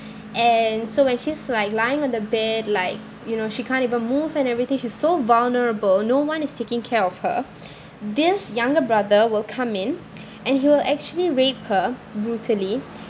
and so when she's like lying on the bed like you know she can't even move and everything she's so vulnerable no one is taking care of her this younger brother will come in and he will actually rape her brutally